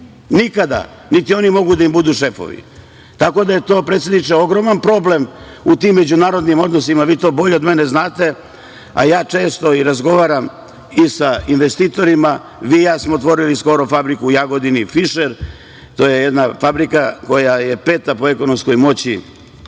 Nikada, niti oni mogu da im budu šefovi, tako da je to, predsedniče, ogroman problem u tim međunarodnim odnosima. Vi to bolje od mene znate, a ja često i razgovaram i sa investitorima. Vi i ja smo otvorili skoro fabriku u Jagodini - „Fišer“. To je jedna fabrika koja je peta po ekonomskoj moći